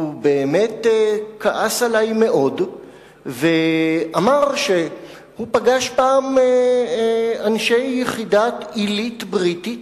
הוא באמת כעס עלי מאוד ואמר שהוא פגש פעם אנשי יחידת עילית בריטית,